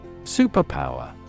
Superpower